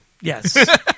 Yes